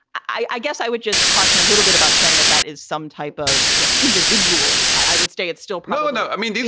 i guess i would just caution a little bit about saying that that is some type of you know individuals. i would say it's still no, no. i mean,